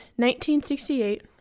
1968